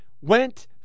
went